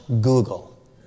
Google